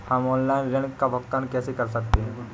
हम ऑनलाइन ऋण का भुगतान कैसे कर सकते हैं?